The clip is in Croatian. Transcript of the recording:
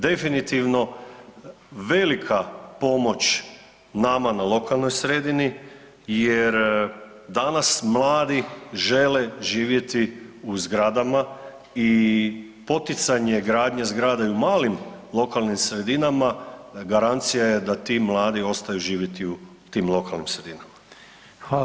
Definitivno velika pomoć nama na lokalnoj sredini, jer danas mladi žele živjeti u zgradama i poticanje gradnje zgrada i u malim lokalnim sredinama garancija je da ti mladi ostaju živjeti u tim lokalnim sredinama.